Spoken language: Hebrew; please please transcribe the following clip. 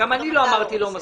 גם אני לא אמרתי לא מסכימים.